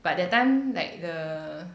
but that time like the